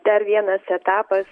dar vienas etapas